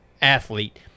athlete